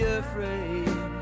afraid